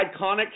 iconic